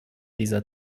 dieser